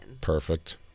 Perfect